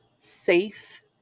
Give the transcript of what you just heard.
safe